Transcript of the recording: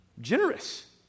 generous